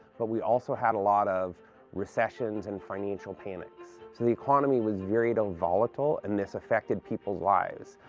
but we also had a lot of recessions and financial panics. so the economy was very volatile, and this affected people's lives.